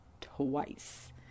twice